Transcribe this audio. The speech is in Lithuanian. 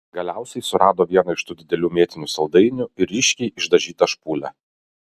galiausiai surado vieną iš tų didelių mėtinių saldainių ir ryškiai išdažytą špūlę